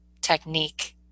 technique